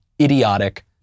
idiotic